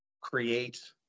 create